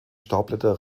staubblätter